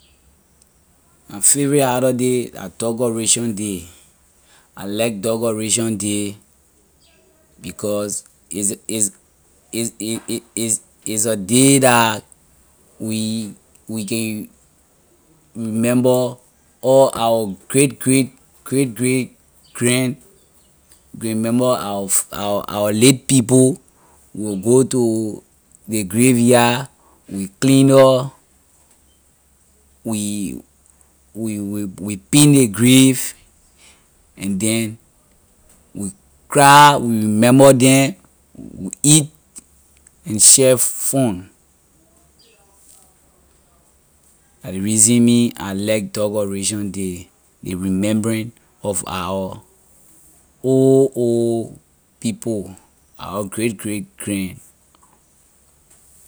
My favorite holiday la decoration day I like decoration day because is a day la we we can remember all our great great great great grand we can remember our our late people we will go to ley graveyard we clean- up we we we we paint ley grave and we cry we remember them we eat and share fun. la ley reason me I like decoration day ley remembrance of our old old people our great great grand.